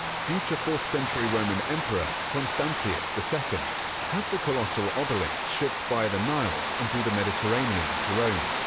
future fourth century roman emperor constantius the second had the colossal obelisk shipped via the nile and through the mediterranean to rome,